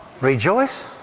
Rejoice